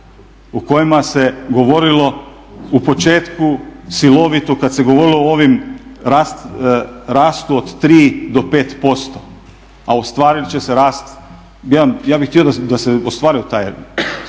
u kojima se govorilo u početku silovito kad se govorilo o ovom rastu od 3 do 5%, a ostvarit će se rast, ja bih htio da se ostvario taj rast.